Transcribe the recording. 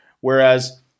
Whereas